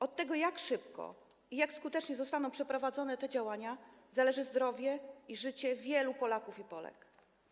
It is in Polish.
Od tego, jak szybko i jak skutecznie zostaną przeprowadzone te działania, zależy zdrowie i życie wielu Polek i Polaków.